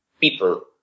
people